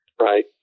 Right